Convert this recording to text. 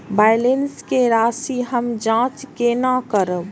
Balance के राशि हम जाँच केना करब?